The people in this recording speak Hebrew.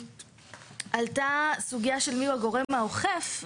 עלתה סוגיה של מיהו הגורם האוכף.